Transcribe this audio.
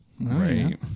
Right